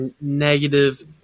negative